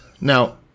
Now